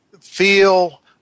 feel